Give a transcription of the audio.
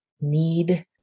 need